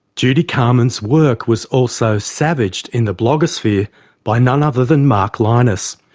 judy carman's work was also savaged in the blogosphere by none other than mark lynas,